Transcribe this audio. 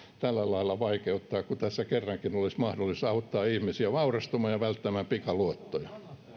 tällä lailla vaikeuttaa kun tässä kerrankin olisi mahdollisuus auttaa ihmisiä vaurastumaan ja välttämään pikaluottoja